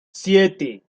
siete